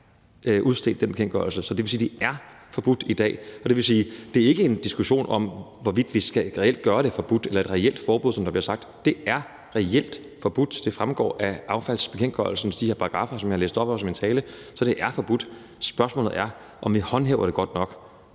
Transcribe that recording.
udstedt. Så det vil sige, at det er forbudt i dag, og det vil sige, at det ikke er en diskussion om, hvorvidt vi reelt skal gøre det forbudt og lave et reelt forbud, som der bliver sagt. Det er reelt forbudt. Det fremgår af de her paragraffer af affaldsbekendtgørelsen, som jeg læste op, også i min tale. Så det er forbudt. Spørgsmålet er, om vi håndhæver det godt nok,